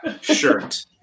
shirt